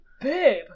Babe